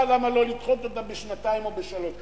למה לא לדחות אותה בשנתיים או בשלוש שנים.